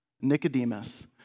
Nicodemus